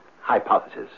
hypothesis